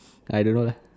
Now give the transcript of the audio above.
I don't know lah